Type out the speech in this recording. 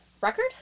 record